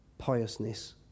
piousness